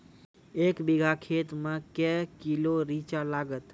एक बीघा खेत मे के किलो रिचा लागत?